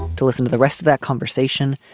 to listen to the rest of that conversation,